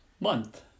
month